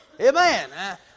Amen